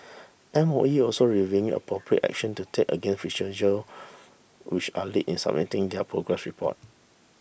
M O E also reviewing appropriate action to take against which are late in submitting their progress report